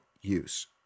use